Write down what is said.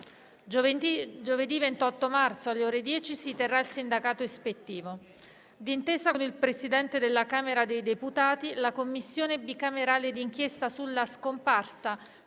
Giovedì 28 marzo, alle ore 10, si terrà il sindacato ispettivo. D'intesa con il Presidente della Camera dei deputati, la Commissione bicamerale d'inchiesta sulla scomparsa